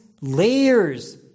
layers